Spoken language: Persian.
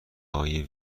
های